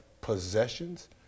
possessions